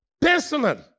personally